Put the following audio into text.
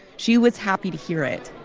she was happy to hear it.